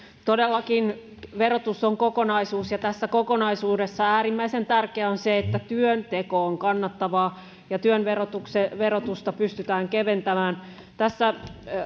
todellakin verotus on kokonaisuus ja tässä kokonaisuudessa äärimmäisen tärkeää on se että työnteko on kannattavaa ja työn verotusta pystytään keventämään tässä